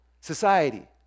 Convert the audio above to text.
society